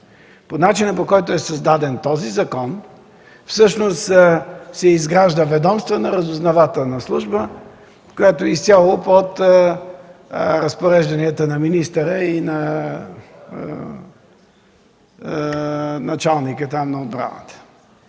По начина, по който е създаден този закон, се изгражда ведомствена разузнавателна служба, която е изцяло под ръководството и разпорежданията на министъра и на началника там на отбраната.